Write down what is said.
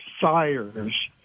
sires